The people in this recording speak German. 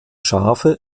schafe